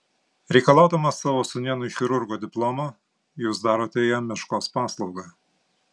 reikalaudamas savo sūnėnui chirurgo diplomo jūs darote jam meškos paslaugą